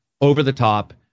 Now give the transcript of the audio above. over-the-top